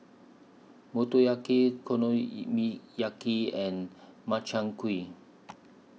Motoyaki and Makchang Gui